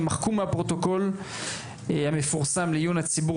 יימחק מהפרוטוקול המפורסם לעיון הציבור,